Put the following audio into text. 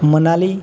Manali